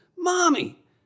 Mommy